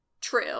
True